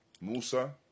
Musa